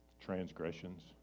transgressions